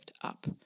up